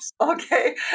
okay